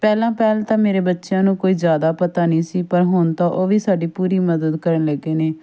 ਪਹਿਲਾਂ ਪਹਿਲ ਤਾਂ ਮੇਰੇ ਬੱਚਿਆਂ ਨੂੰ ਕੋਈ ਜ਼ਿਆਦਾ ਪਤਾ ਨਹੀਂ ਸੀ ਪਰ ਹੁਣ ਤਾਂ ਉਹ ਵੀ ਸਾਡੀ ਪੂਰੀ ਮਦਦ ਕਰਨ ਲੱਗੇ ਨੇ